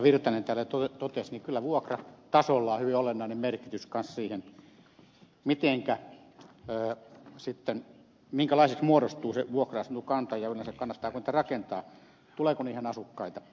virtanen täällä totesi niin kyllä vuokratasolla on hyvin olennainen merkitys siihen minkälaiseksi muodostuu se vuokra asuntokanta ja yleensä kannattaako niitä rakentaa tuleeko niihin asukkaita